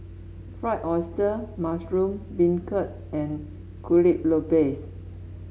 Fried Oyster Mushroom Beancurd and Kuih Lopes